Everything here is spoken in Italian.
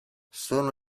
sono